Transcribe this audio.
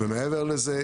ומעבר לזה,